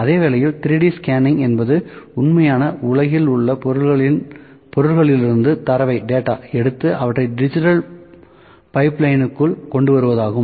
அதே வேளையில் 3D scanning என்பது உண்மையான உலகில் உள்ள பொருட்களிலிருந்து தரவை எடுத்து அவற்றை டிஜிட்டல் பைப்லைனுக்குள் கொண்டுவருவதாகும்